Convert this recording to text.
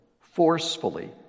forcefully